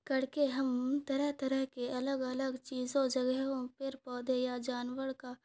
کر کے ہم طرح طرح کے الگ الگ چیزوں جگہوں پیڑ پودھے یا جانور کا